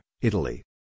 Italy